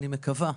אני מקווה,